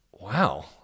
Wow